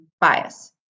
bias